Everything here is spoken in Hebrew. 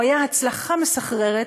הוא היה הצלחה מסחררת,